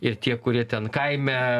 ir tie kurie ten kaime